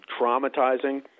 traumatizing